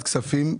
כספים,